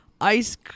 ice